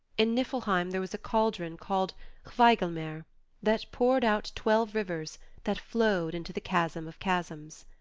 in niflheim there was a cauldron called hveigelmer that poured out twelve rivers that flowed into the chasm of chasms.